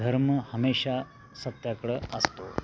धर्म हमेशा सत्याकडं असतो